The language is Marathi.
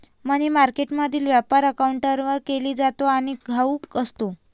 मनी मार्केटमधील व्यापार काउंटरवर केला जातो आणि घाऊक असतो